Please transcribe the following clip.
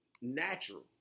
natural